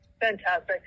Fantastic